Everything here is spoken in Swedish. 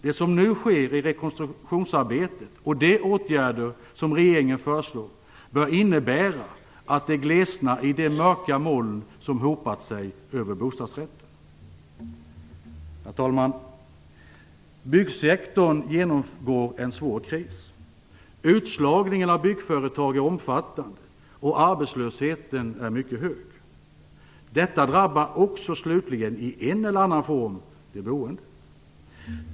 Det som nu sker i rekonstruktionsarbetet och de åtgärder som regeringen föreslår bör innebära att det glesnar i de mörka moln som hopat sig över bostadsrätten. Herr talman! Byggsektorn genomgår en svår kris. Utslagningen av byggföretag är omfattande, och arbetslösheten är mycket hög. Detta drabbar också slutligen i en eller annan form de boende.